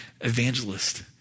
evangelist